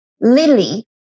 Lily